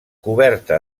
coberta